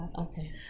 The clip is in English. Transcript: Okay